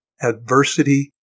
adversity